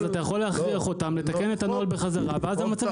אז אתה יכול להכריח אותם לתקן את הנוהל בחזרה ואז המצב יחזור לקדמותו.